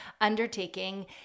undertaking